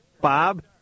Bob